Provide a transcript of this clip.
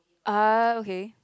uh okay